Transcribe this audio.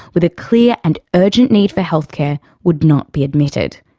with a clear and urgent need for healthcare, would not be admitted.